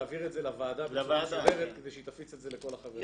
לעביר את זה לוועדה כדי שהיא תפיץ את זה לכל החברים.